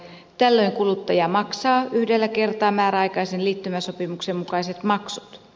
tällöin kuluttaja maksaa yhdellä kertaa määräaikaisen liittymäsopimuksen mukaiset maksut